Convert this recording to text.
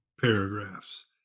paragraphs